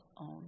own